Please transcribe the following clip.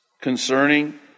concerning